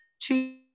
two